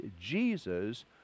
Jesus